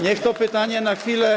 Niech to pytanie na chwilę.